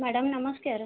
madam ନମସ୍କାର